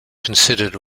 considered